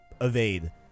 evade